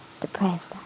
depressed